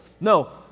No